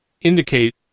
indicate